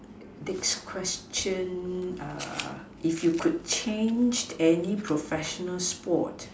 next question uh if you could change any professional sport